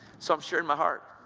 so i'm sharing my heart.